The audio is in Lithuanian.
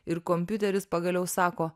ir kompiuteris pagaliau sako